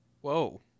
Whoa